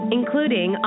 including